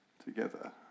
Together